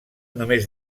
només